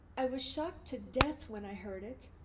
i was shocked to death when i heard it.